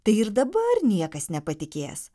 tai ir dabar niekas nepatikės